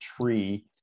tree